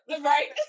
right